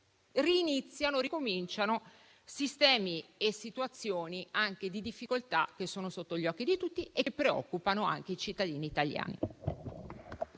cui ricominciano a profilarsi sistemi e situazioni di difficoltà che sono sotto gli occhi di tutti e che preoccupano anche i cittadini italiani.